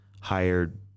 hired